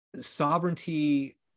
sovereignty